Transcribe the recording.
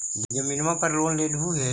जमीनवा पर लोन लेलहु हे?